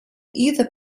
either